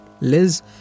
Liz